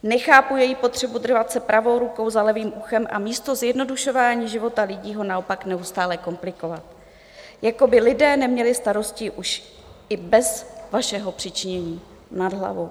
Nechápu její potřebu drbat se pravou rukou za levým uchem a místo zjednodušování života lidí ho naopak neustále komplikovat, jako by lidé neměli starostí už i bez vašeho přičinění nad hlavu.